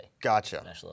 Gotcha